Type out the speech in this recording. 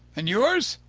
and yours?